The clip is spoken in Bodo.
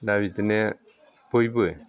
दा बिदिनो बयबो